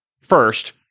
First